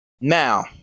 now